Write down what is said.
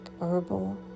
Herbal